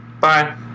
Bye